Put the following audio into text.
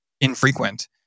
infrequent